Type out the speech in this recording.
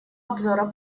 обзора